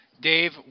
Dave